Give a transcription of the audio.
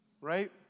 right